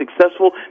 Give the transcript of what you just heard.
successful